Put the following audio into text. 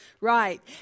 right